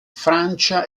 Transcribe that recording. francia